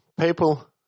people